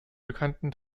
bekannten